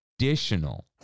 additional